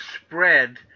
spread